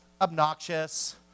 obnoxious